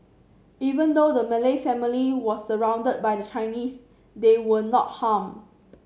even though the Malay family was surrounded by the Chinese they were not harmed